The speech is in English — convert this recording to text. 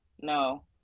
No